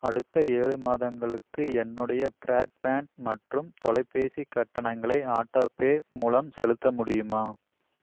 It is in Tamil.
அடுத்த ஏழு மாதங்களுக்கு என்னுடைய பிராட்பேன்ட் மற்றும் தொலைபேசி கட்டணங்களை ஆட்டோ பே மூலம் செலுத்த முடியுமா